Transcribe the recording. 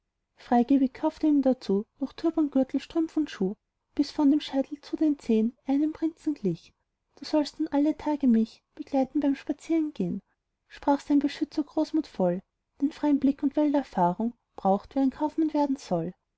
freigebig kauft er ihm dazu noch turban gürtel strümpfe schuh bis von dem scheitel zu den zehen er einem jungen prinzen glich du sollst nun alle tage mich begleiten beim spazierengehen sprach sein beschützer großmutvoll denn freien blick und welterfahrung braucht wer ein kaufmann werden soll